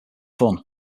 fun